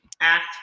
Act